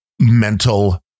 mental